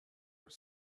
are